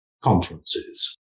conferences